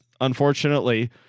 Unfortunately